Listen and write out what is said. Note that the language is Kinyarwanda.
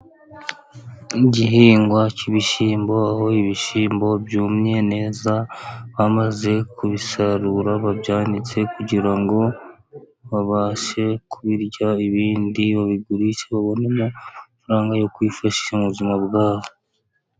Igihingwa cy'ibishyimbo, aho ibishyimbo byumye neza bamaze kubisarura babyanitse kugira ngo babashe kubirya, ibindi babigurishe, kugira ngo babone amafaranga yo kwifashisha mu buzima bwabo.